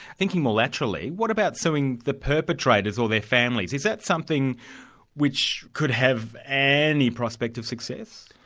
thinking more laterally, what about suing the perpetrators or their families? is that something which could have any prospect of success?